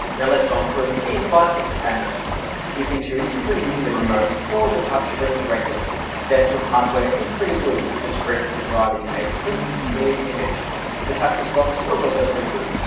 now let's run through the in-flight entertainment you can choose between using the remote or the touchscreen directly the actual hardware is pretty good with the screen providing a crisp clear image the touch response was also pretty good.